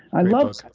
i loved